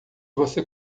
você